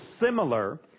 similar